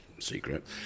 secret